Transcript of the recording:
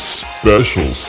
special